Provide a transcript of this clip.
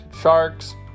sharks